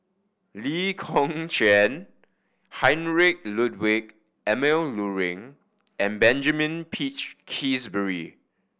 Lee Kong Chian Heinrich Ludwig Emil Luering and Benjamin Peach Keasberry